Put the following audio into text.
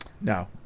No